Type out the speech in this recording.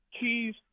keys